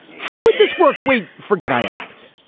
how would this work? wait. forget i asked.